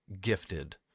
gifted